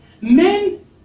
men